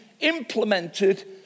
implemented